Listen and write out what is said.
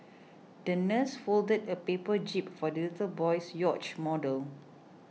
the nurse folded a paper jib for the little boy's yacht model